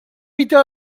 peter